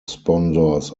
sponsors